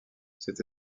cette